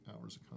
hours